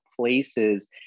places